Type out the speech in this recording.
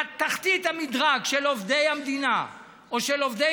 בתחתית המדרג של עובדי המדינה או של עובדי